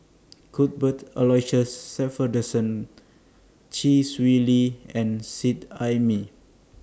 Cuthbert Aloysius Shepherdson Chee Swee Lee and Seet Ai Mee